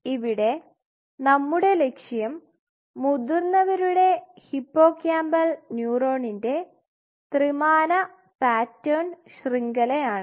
ഇവിടെ നമ്മുടെ ലക്ഷ്യം മുതിർന്നവരുടെ ഹിപ്പോകാമ്പൽ ന്യൂറോണിന്റെ ത്രിമാന പാറ്റേൺ ശൃംഖല ആണ്